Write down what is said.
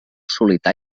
solità